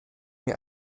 mehr